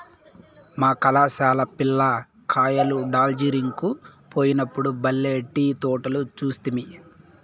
మా కళాశాల పిల్ల కాయలు డార్జిలింగ్ కు పోయినప్పుడు బల్లే టీ తోటలు చూస్తిమి